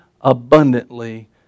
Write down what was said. abundantly